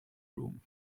room